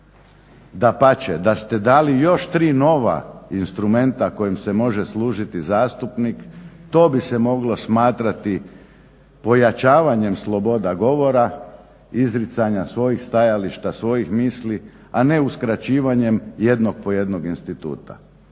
Dapače, da ste dali još tri nova instrumenta kojim se može služiti zastupnik to bi se moglo smatrati pojačavanjem sloboda govora, izricanja svojih stajališta, svojih misli, a ne uskraćivanjem jednog po jednog instituta.